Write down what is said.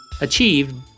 achieved